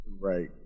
Right